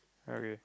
are you